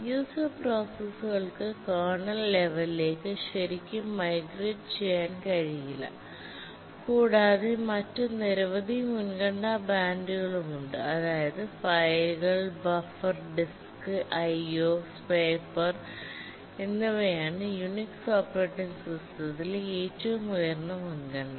user പ്രോസസ്സുകൾക്ക് kernel ലെവലിലേക്ക് ശരിക്കും മൈഗ്രേറ്റ് ചെയ്യാൻ കഴിയില്ല കൂടാതെ മറ്റ് നിരവധി മുൻഗണനാ ബാൻഡുകളുമുണ്ട് അതായത് ഫയലുകൾ buffer disk IOdisk IO swapper എന്നിവയാണ് യുണിക്സ് ഓപ്പറേറ്റിംഗ് സിസ്റ്റത്തിലെ ഏറ്റവും ഉയർന്ന മുൻഗണന